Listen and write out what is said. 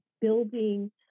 building